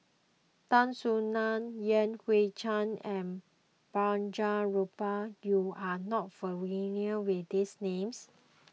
Tan Soo Nan Yan Hui Chang and Balraj Gopal you are not familiar with these names